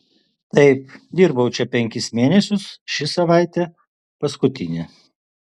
taip dirbau čia penkis mėnesius ši savaitė paskutinė